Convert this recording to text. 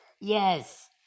yes